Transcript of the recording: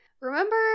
Remember